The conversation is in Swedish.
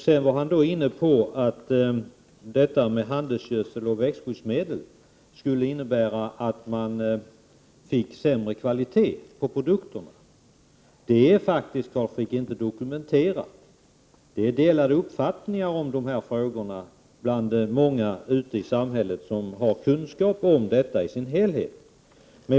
Carl Frick diskuterade också frågan om huruvida användning av handelsgödsel och växtskyddsmedel skulle innebära en sämre kvalitet på produkterna. Carl Frick, det är inte dokumenterat att kvaliteten blir sämre. Det råder delade uppfattningar i de frågorna bland många i samhället som har kunskap om detta område i dess helhet.